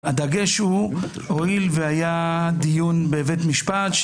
הואיל והיה דיון בבית המשפט,